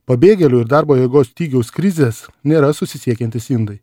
pabėgėlių ir darbo jėgos stygiaus krizės nėra susisiekiantys indai